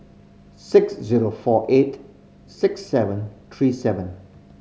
six zero four eight six seven three seven